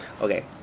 Okay